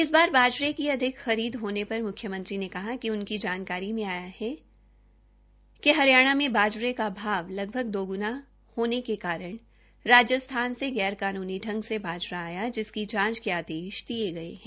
इस बार बाजरे की अधिक खरीद होने पर मुख्यमंत्री ने कहा कि उनकी जानकारी मे आया है कि हरियाणा में बाजरे का भाव लगभग दोग्णा होने के कारण राजस्थान से गैर कानूनी संग से बाजरा लाया गया जिसकी जांच के आदेश दिये गये है